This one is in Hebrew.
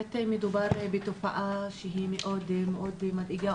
באמת מדובר בתופעה שהיא מאוד מדאיגה,